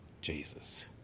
Jesus